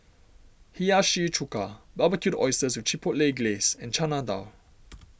Hiyashi Chuka Barbecued Oysters with Chipotle Glaze and Chana Dal